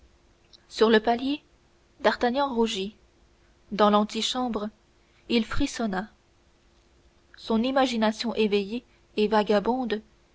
sur le palier d'artagnan rougit dans l'antichambre il frissonna son imagination éveillée et vagabonde